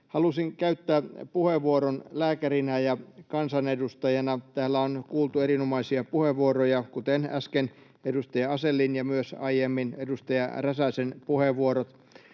Halusin käyttää puheenvuoron lääkärinä ja kansanedustajana. Täällä on kuultu erinomaisia puheenvuoroja, kuten äsken edustaja Asellin ja myös aiemmin edustaja Räsäsen puheenvuorot.